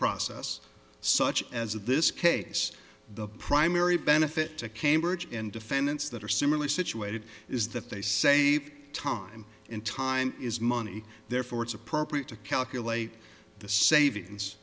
process such as this case the primary benefit to cambridge and defendants that are similarly situated is that they save time in time is money therefore it's appropriate to calculate the savings